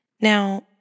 Now